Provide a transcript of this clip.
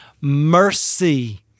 mercy